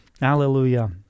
Hallelujah